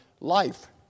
life